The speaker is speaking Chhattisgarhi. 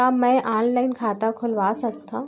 का मैं ऑनलाइन खाता खोलवा सकथव?